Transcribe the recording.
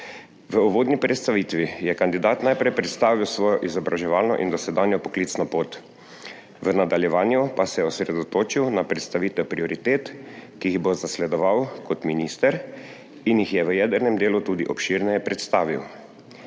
V uvodni predstavitvi je kandidat najprej predstavil svojo izobraževalno in dosedanjo poklicno pot, v nadaljevanju pa se je osredotočil na predstavitev prioritet, ki jih bo zasledoval kot minister in jih je v jedrnem delu tudi obširneje predstavil.